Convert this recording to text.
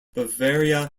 bavaria